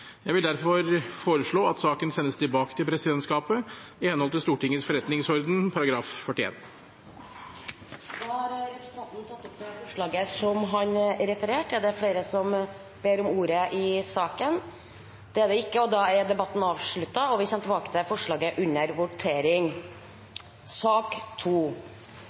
Jeg vil derfor foreslå at saken sendes tilbake til presidentskapet i henhold til Stortingets forretningsorden § 41. Morten Wold har på vegne av presidentskapet tatt opp det forslaget han refererte til. Flere har ikke bedt om ordet til sak